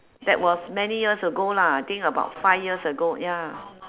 that was many years ago lah I think about five years ago ya